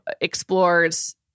explores